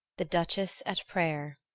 the duchess at prayer